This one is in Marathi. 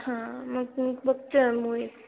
हां मग मी बघते हां मूवी